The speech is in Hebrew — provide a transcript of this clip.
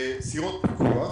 סירות פיקוח,